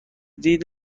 دید